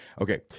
okay